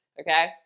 Okay